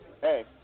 Hey